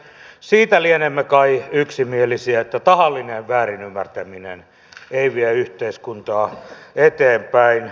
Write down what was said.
siitä lienemme kai yksimielisiä että tahallinen väärinymmärtäminen ei vie yhteiskuntaa eteenpäin